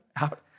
out